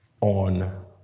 on